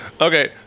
okay